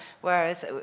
whereas